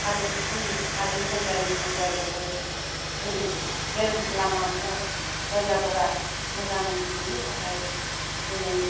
हाजोसिम हाजो जायगानि जायगाखौबो ट्रेनद ट्रेनदस लामाफोरा जायगाफोरा मोजां बेनि थाखाय दिनै